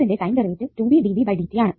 ന്റെ time derivative ആണ്